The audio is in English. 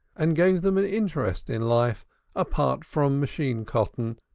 and gave them an interest in life apart from machine-cotton,